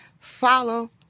Follow